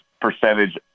percentage